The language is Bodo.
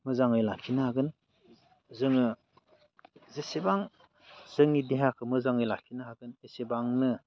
मोजाङै लाखिनो हागोन जोङो जेसेबां जोंनि देहाखौ मोजाङै लाखिनो हागोन एसेबांनो